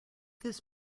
this